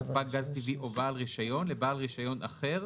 ספק גז טבעי או בעל רישיון לבעל רישיון אחר",